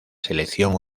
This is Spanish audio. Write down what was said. selección